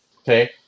Okay